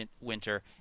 winter